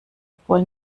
obwohl